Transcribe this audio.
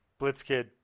Blitzkid